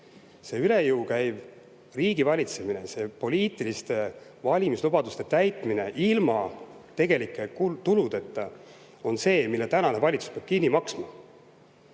See üle jõu käinud riigivalitsemine, see poliitiliste valimislubaduste täitmine ilma tegelike tuludeta ongi see, mille tänane valitsus peab kinni maksma.